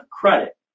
credit